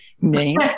name